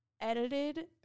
edited